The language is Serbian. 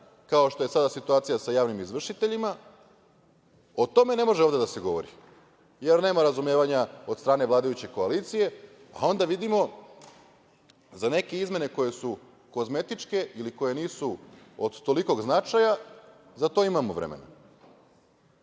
kao što je sada situacija sa javnim izvršiteljima. O tome ne može ovde da se govori, jer nema razumevanja od strane vladajuće koalicije, a onda vidimo za neke izmene koje su kozmetičke ili koje nisu od tolikog značaja, za to imamo vremena,